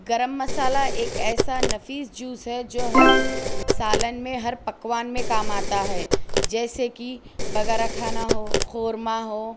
گرم مصالحہ ایک ایسا نفیس جزو جو ہر سالن میں ہر پکوان میں کام آتا ہے جیسے کہ بگھارا کھانا ہو قورمہ ہو